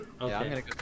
Okay